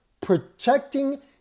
protecting